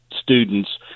students